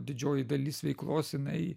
didžioji dalis veiklos jinai